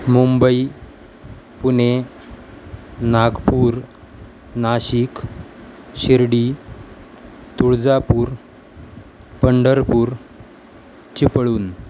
Mumbai Pune Nagpur Nashik Shirdi Tuljapur Pandharpur Chiplun